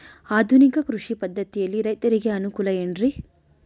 ಆಧುನಿಕ ಕೃಷಿ ಪದ್ಧತಿಯಿಂದ ರೈತರಿಗೆ ಅನುಕೂಲ ಏನ್ರಿ?